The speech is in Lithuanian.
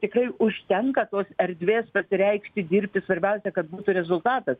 tikrai užtenka tos erdvės pasireikšti dirbti svarbiausia kad būtų rezultatas